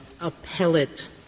appellate